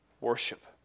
worship